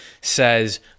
says